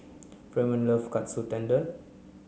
Fremont love Katsu Tendon